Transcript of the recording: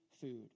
food